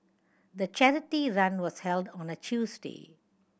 the charity run was held on a Tuesday